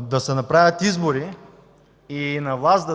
да се направят избори и на власт